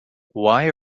why